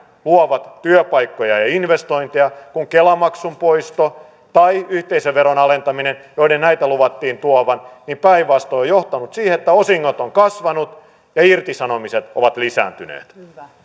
tällä kertaa luovat työpaikkoja ja investointeja kun kela maksun poisto tai yhteisöveron alentaminen joiden näitä luvattiin tuovan päinvastoin ovat johtaneet siihen että osingot ovat kasvaneet ja irtisanomiset ovat lisääntyneet